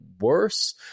worse